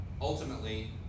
Ultimately